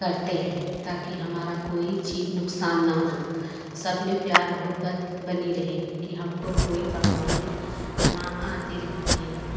करते हैं ताकि हमारा कोई चीज नुकसान ना हो सब में प्यार मोहब्बत बनी रहे कि हमको कोई परशानी ना आती रहती है